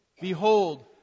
Behold